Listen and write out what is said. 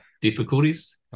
difficulties